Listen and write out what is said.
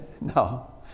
no